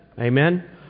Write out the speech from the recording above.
Amen